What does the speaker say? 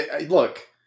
Look